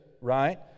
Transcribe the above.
right